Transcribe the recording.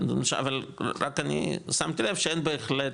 כן אבל רק אני שמתי לב שאין בהחלט,